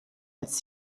als